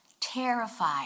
terrified